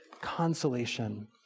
consolation